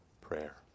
prayer